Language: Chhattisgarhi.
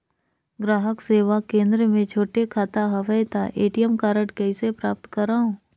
ग्राहक सेवा केंद्र मे छोटे खाता हवय त ए.टी.एम कारड कइसे प्राप्त करव?